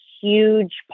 huge